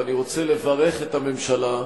ואני רוצה לברך את הממשלה,